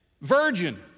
virgin